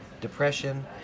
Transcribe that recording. depression